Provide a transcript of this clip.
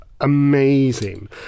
amazing